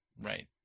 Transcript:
Right